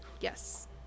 Yes